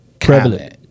prevalent